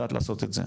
יודעת לעשות את זה,